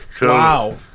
Wow